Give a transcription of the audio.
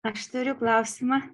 aš turiu klausimą